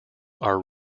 are